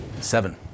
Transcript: Seven